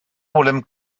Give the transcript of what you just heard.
volem